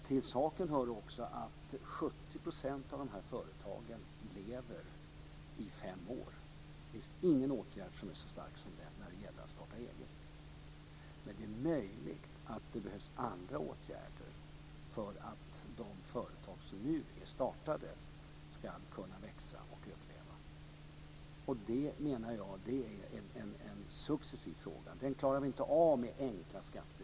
Till saken hör också att 70 % av dessa företag lever i fem år. Det finns ingen åtgärd som är så stark som den när det gäller att starta eget. Men det är möjligt att det behövs andra åtgärder för att de företag som nu är startade ska kunna växa och överleva. Jag menar att det är en fråga som man får lösa successivt. Den klarar vi inte av att lösa med enkla skatter.